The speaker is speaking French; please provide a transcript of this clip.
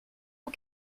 aux